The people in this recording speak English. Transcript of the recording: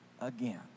again